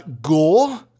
Gore